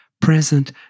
present